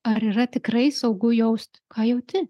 ar yra tikrai saugu jaust ką jauti